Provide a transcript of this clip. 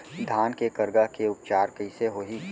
धान के करगा के उपचार कइसे होही?